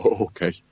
Okay